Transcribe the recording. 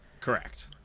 Correct